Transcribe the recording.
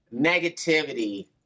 negativity